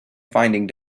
finding